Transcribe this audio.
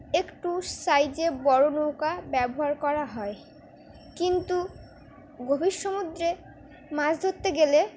একটু সাইজে বড়ো নৌকা ব্যবহার করা হয় কিন্তু গভীর সমুদ্রে মাছ ধরতে গেলে